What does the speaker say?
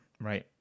right